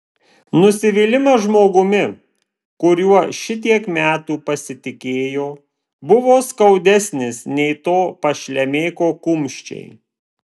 nusivylimas žmogumi kuriuo šitiek metų pasitikėjo buvo skaudesnis nei to pašlemėko kumščiai